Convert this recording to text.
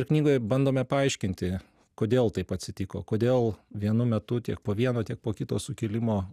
ir knygoj bandome paaiškinti kodėl taip atsitiko kodėl vienu metu tiek po vieno tiek po kito sukilimo